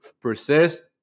persist